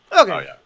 Okay